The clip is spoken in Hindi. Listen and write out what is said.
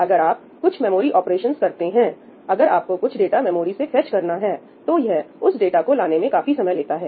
अगर आप कुछ मेमोरी ऑपरेशन करते हैं अगर आपको कुछ डाटा मेमोरी से फेच करना है तो यह उस डाटा को लाने में काफी समय लेता है